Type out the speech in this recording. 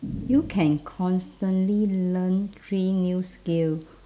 you can constantly learn three new skill